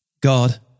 God